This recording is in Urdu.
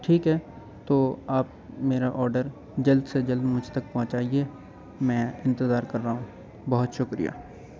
ٹھیک ہے تو آپ میرا آرڈر جلد سے جلد مجھ تک پہنچائیے میں انتظار کر رہا ہوں بہت شکریہ